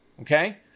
okay